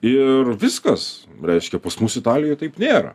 ir viskas reiškia pas mus italijoj taip nėra